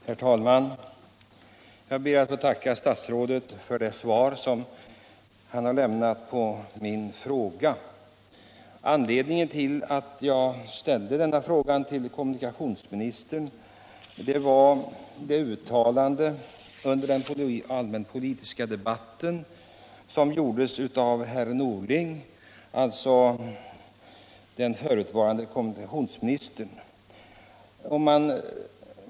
Herr talman! Jag ber att få tacka statsrådet för det svar han har lämnat på min fråga. Anledningen till att jag ställde denna fråga till kommunikationsministern var det uttalande under den allmänpolitiska debatten som gjordes av förutvarande kommunikationsministern Norling.